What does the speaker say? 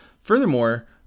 Furthermore